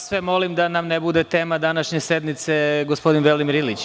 Sve vas molim da ne bude tema današnje sednice gospodin Velimir Ilić.